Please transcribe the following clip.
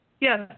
Yes